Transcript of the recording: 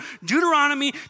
Deuteronomy